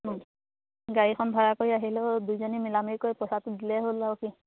গাড়ীখন ভাড়া কৰি আহিলেও দুইজনী মিলা মিলি কৰি পইচাটো দিলেই হ'ল আৰু কি